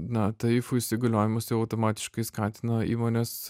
na tarifų įsigaliojimas jau automatiškai skatina įmones